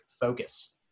focus